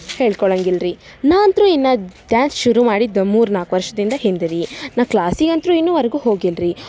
ಹೇಳ್ಕೊಳಂಗಿಲ್ಲ ರಿ ನಾ ಅಂತೂ ಇನ್ನೂ ಡ್ಯಾನ್ಸ್ ಶುರು ಮಾಡಿದ್ದು ಮೂರ್ನಾಲ್ಕು ವರ್ಷದಿಂದ ಹಿಂದೆ ರಿ ನಾ ಕ್ಲಾಸಿಗಂತೂ ಇನ್ನೂವರ್ಗು ಹೋಗಿಲ್ಲ ರಿ